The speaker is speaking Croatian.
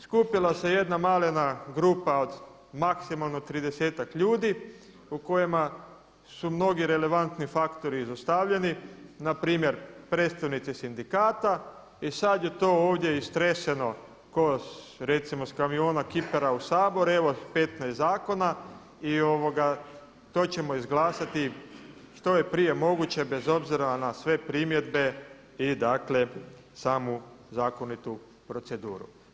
Skupila se jedna malena grupa od maksimalno tridesetak ljudi u kojima su mnogi relevantni faktori izostavljeni, npr. predstavnici sindikata i sada je to ovdje istreseno kao recimo s kamiona, kipera u Sabor, evo 15 zakona i evo to ćemo izglasati što je prije moguće bez obzira na sve primjedbe i dakle samu zakonitu proceduru.